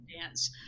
dance